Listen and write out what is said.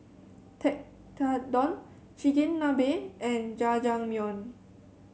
Tekkadon Chigenabe and Jajangmyeon